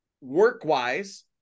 work-wise